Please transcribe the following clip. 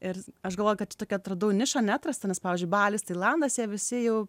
ir aš galvoju kad tokią atradau nišą neatrastą nes pavyzdžiui balis tailandas jie visi jau